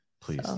Please